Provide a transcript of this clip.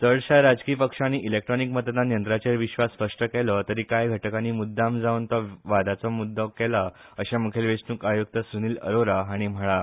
चडशा राजकी पक्षानी इलेक्ट्रोनिक मतदान यंत्राचेर विश्वास स्पश्ट केलो तरी कांय घटकांनी मुद्दम जावन तो वादाचो मुद्दो केला अशें मुखेल वेचणूक आयुक्त सुनिल अरोरा हांणी म्हळा